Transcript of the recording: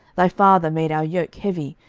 thy father made our yoke heavy,